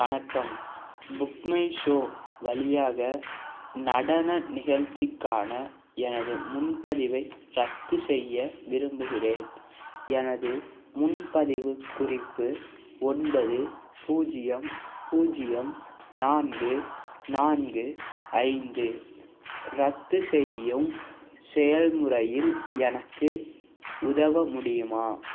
வணக்கம் book my show வழியாக நடன நிகழ்ச்சிக்கான எனது முன்பதிவை ரத்து செய்ய விரும்புகிறேன் எனது முன்பதிவுக் குறிப்பு ஒன்பது பூஜ்ஜியம் பூஜ்ஜியம் நான்கு நான்கு ஐந்து ரத்து செய்யும் செயல்முறையில் எனக்கு உதவ முடியுமா